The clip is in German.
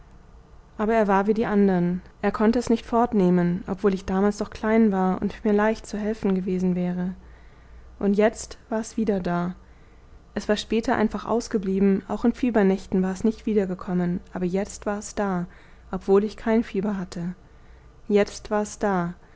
aber er war wie die andern er konnte es nicht fortnehmen obwohl ich damals doch klein war und mir leicht zu helfen gewesen wäre und jetzt war es wieder da es war später einfach ausgeblieben auch in fiebernächten war es nicht wiedergekommen aber jetzt war es da obwohl ich kein fieber hatte jetzt war es da